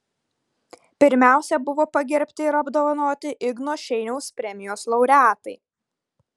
pirmiausia buvo pagerbti ir apdovanoti igno šeiniaus premijos laureatai